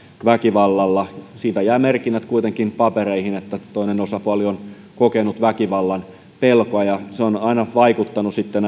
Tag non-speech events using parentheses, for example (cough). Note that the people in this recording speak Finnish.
väkivallalla siitä jää merkinnät kuitenkin papereihin että toinen osapuoli on kokenut väkivallan pelkoa ja se on aina vaikuttanut sitten (unintelligible)